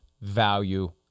value